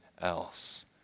else